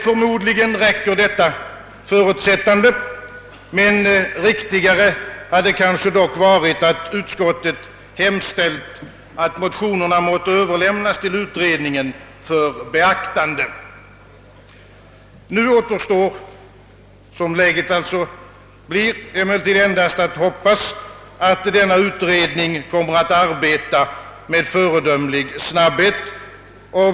Förmodligen räcker detta förutsättande, men riktigare hade kanske varit att utskottet hade hemställt, att motionerna måtte överlämnas till utredningen för beaktande. Som läget nu är, återstår endast att hoppas, att utredningen kommer att arbeta med föredömlig snabbhet.